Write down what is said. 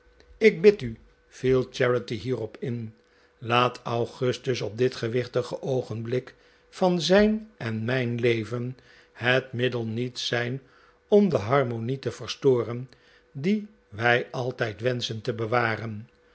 ik bid u viel charity hierop in ft laat augustus op dit gewichtige oogenblik van zijn en mijn leven het middel niet zijn om de harmonie te verstoren die wij altijd wenschen te bewaren